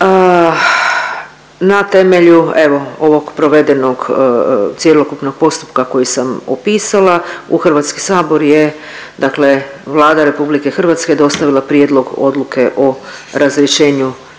Na temelju, evo, ovog provedenog cjelokupnog postupka koji sam opisala, u HS je dakle Vlada RH dostavila Prijedlog odluke o razrješenju